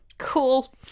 cool